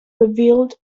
rebuilt